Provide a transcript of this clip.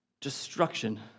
Destruction